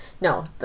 no